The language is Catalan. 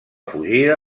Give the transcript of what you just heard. fugida